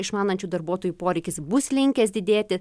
išmanančių darbuotojų poreikis bus linkęs didėti